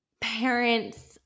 parents